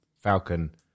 Falcon